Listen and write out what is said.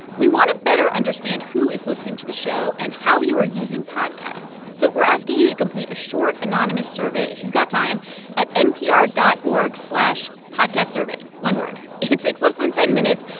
we want to better understand who is listening to the show and how you are using podcasts, so we're asking you to complete a short anonymous survey if you've got time at npr dot org slash podcastsurvey one word. it takes less than ten minutes,